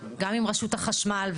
גם עם רשות החשמל,